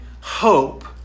hope